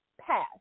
past